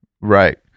right